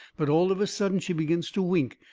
but all of a sudden she begins to wink,